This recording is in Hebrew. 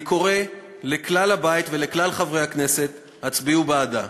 אני קורא לכלל הבית ולכלל חברי הכנסת: הצביעו בעדה.